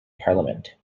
parliament